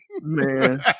Man